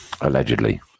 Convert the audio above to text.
Allegedly